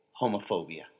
homophobia